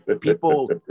people